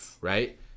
right